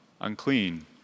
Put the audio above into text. unclean